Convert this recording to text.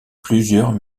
plusieurs